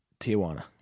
Tijuana